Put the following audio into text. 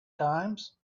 times